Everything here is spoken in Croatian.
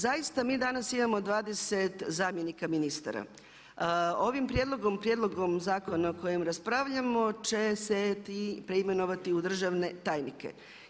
Zaista mi danas imamo 20 zamjenika ministara, ovim prijedlogom, prijedlogom zakona o kojem raspravljamo će se ti preimenovati u državne tajnike.